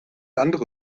andere